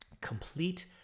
complete